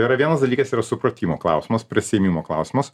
yra vienas dalykas yra supratimo klausimas prasiėmimo klausimas